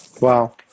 Wow